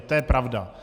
To je pravda.